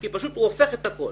פשוט כי הוא הופך את הכול.